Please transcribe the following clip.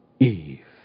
Eve